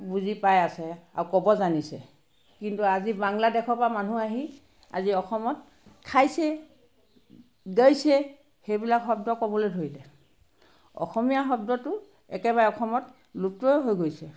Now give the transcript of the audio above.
বুজি পায় আছে আৰু ক'ব জানিছে কিন্তু আজি বাংলাদেশৰ পৰা মানুহ আহি আজি অসমত খাইছে দৈছে সেইবিলাক শব্দ ক'বলৈ ধৰিলে অসমীয়া শব্দটো একেবাৰে অসমত লুপ্তই হৈ গৈছে